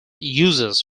uses